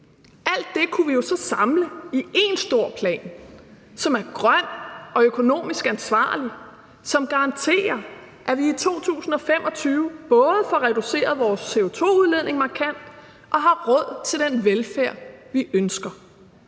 Alt det kunne vi jo så samle i én stor plan, som er grøn og økonomisk ansvarlig, og som garanterer, at vi i 2025 både får reduceret vores CO2-udledning markant og har råd til den velfærd, vi ønsker,